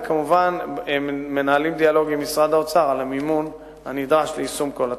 וכמובן מנהלים דיאלוג עם משרד האוצר על המימון הנדרש ליישום כל התוכנית.